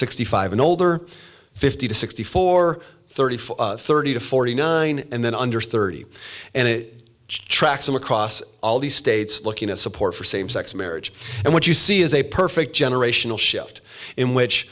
sixty five and older fifty to sixty four thirty four thirty to forty nine and then under thirty and it tracks them across all the states looking at support for same sex marriage and what you see is a perfect generational shift in which